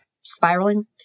spiraling